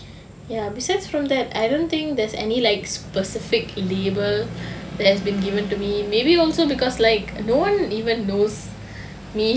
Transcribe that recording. ya besides from that I don't think there's any like specific label that has been given to me maybe also because like no one even knows me